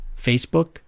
Facebook